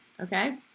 okay